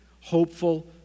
hopeful